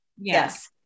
yes